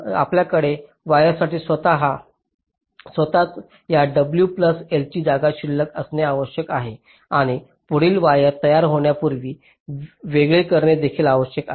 आपल्याकडे वायरसाठी स्वतःच या w प्लस s ची जागा शिल्लक असणे आवश्यक आहे आणि पुढील वायर तयार होण्यापूर्वी वेगळे करणे देखील आवश्यक आहे